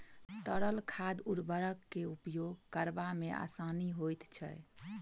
तरल खाद उर्वरक के उपयोग करबा मे आसानी होइत छै